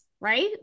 right